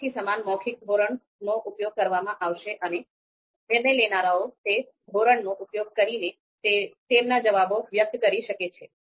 ફરીથી સમાન મૌખિક ધોરણનો ઉપયોગ કરવામાં આવશે અને નિર્ણય લેનારાઓ તે ધોરણનો ઉપયોગ કરીને તેમના જવાબો વ્યક્ત કરી શકે છે